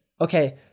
Okay